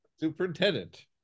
Superintendent